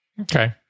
Okay